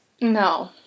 No